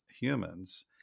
humans